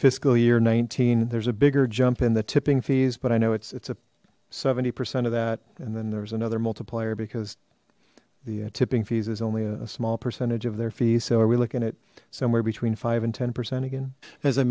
fiscal year nineteen there's a bigger jump in the tipping fees but i know it's it's a seventy percent of that and then there's another multiplier because the tipping fees is only a small percentage of their fee so are we looking at somewhere between five and ten percent again as i